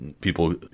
people